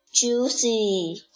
Juicy